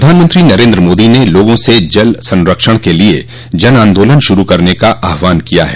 प्रधानमंत्री नरेन्द्र मोदी ने लोगों से जल संरक्षण के लिए जन आंदोलन शुरु करने का आह्वान किया है